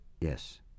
Yes